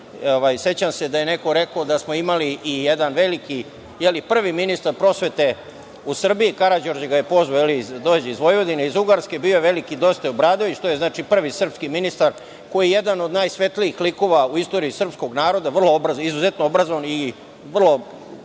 Sećam se da je neko rekao da smo imali i jednog velikog, prvog ministra prosvete u Srbiji Karađorđe je pozvao da dođe iz Vojvodine, iz Ugarske, bio je veliki Dositej Obradović, to je prvi srpski ministar koji je jedan od najsvetlijih likova u istoriji srpskog naroda, izuzetno obrazovan, na